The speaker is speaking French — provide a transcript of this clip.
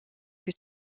que